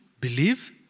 believe